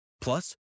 Plus